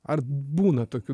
ar būna tokių